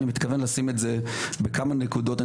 אני מתכוון לשים את זה בכמה נקודות.